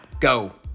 go